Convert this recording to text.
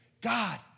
God